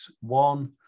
one